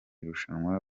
rushanwa